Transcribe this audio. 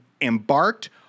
embarked